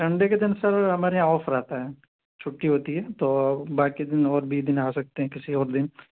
Sunday کے دن sir ہمارے یہاں آف رہتا ہے چھٹی ہوتی ہے تو باقی دن اور بھی دن آ سکتے ہیں کسی اور دن